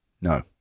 No